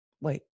Wait